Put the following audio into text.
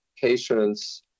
patients